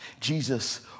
jesus